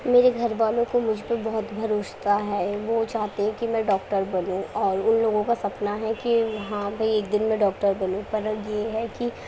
میرے گھر والوں کو مجھ پہ بہت بھروسہ ہے وہ چاہتے ہیں کہ میں ڈاکٹر بنوں اور ان لوگوں کا سپنا ہے کہ وہاں بھائی ایک دن میں ڈاکٹر بنوں پر یہ ہے کہ